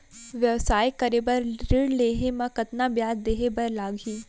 व्यवसाय करे बर ऋण लेहे म कतना ब्याज देहे बर लागही?